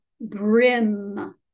brim